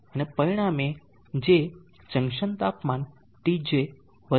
અને પરિણામે પછી J જંકશન તાપમાન Tj વધશે